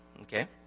okay